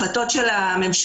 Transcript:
החלטות של הממשלה,